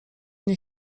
nie